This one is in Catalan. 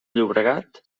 llobregat